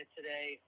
today